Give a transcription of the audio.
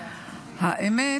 האמת,